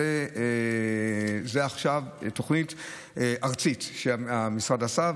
זו עכשיו תוכנית ארצית שהמשרד עשה,